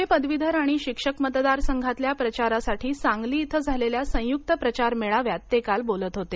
पुणे पदवीधर आणि शिक्षक मतदारसंघातल्या प्रचारासाठी सांगली इथं झालेल्या संयुक्त प्रचार मेळाव्यात ते काल बोलत होते